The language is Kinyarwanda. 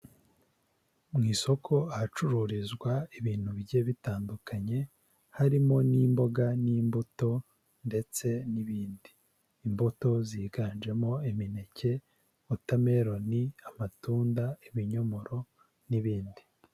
Mu isoko ahacururizwa ibintu bigiye bitandukanye, harimo n'imboga n'imbuto ndetse n'ibindi, imbuto ziganjemo imineke, watemelon, amatunda, ibinyomoro n'ibindi.